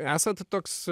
esat toks